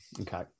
Okay